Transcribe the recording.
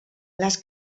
les